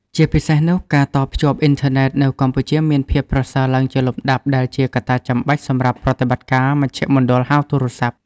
ជាពិសេសនោះ ការតភ្ជាប់អ៊ីនធឺណិតនៅកម្ពុជាមានភាពប្រសើរឡើងជាលំដាប់ ដែលជាកត្តាចាំបាច់សម្រាប់ប្រតិបត្តិការមជ្ឈមណ្ឌលហៅទូរស័ព្ទ។